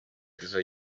izo